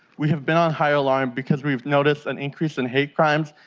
we've been on high alarm because we've noticed an increase in hate crimes.